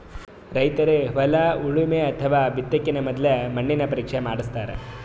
ರೈತರ್ ಹೊಲ ಉಳಮೆ ಅಥವಾ ಬಿತ್ತಕಿನ ಮೊದ್ಲ ಮಣ್ಣಿನ ಪರೀಕ್ಷೆ ಮಾಡಸ್ತಾರ್